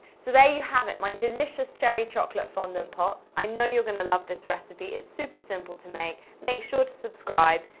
so there you have it, my delicious cherry chocolate fondant pot. i know you are going to love this recipe. it is super simple to make. make sure to subscribe.